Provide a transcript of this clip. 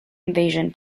invasion